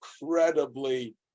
incredibly